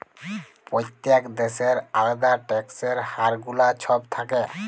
প্যত্তেক দ্যাশের আলেদা ট্যাক্সের হার গুলা ছব থ্যাকে